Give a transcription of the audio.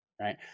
Right